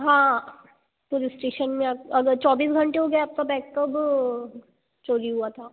हाँ police station में अग अगर चौबीस घंटे हो गए आपका बैग कब चोरी हुआ था